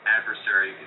adversary